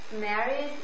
married